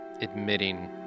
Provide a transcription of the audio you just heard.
admitting